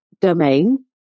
domain